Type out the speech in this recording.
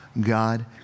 God